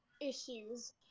issues